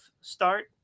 start